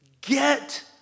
Get